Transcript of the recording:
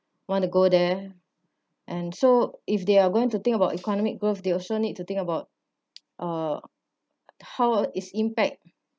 want to go there and so if they are going to think about economic growth they also need to think about uh how is impact